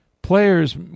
Players